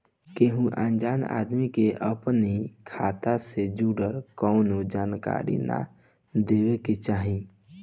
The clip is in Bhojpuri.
केहू अनजान आदमी के अपनी खाता से जुड़ल कवनो जानकारी ना देवे के चाही